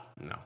no